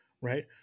right